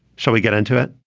shall we get into it?